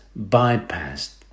bypassed